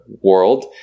world